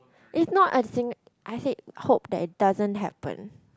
it's not a I said hope that it doesn't happen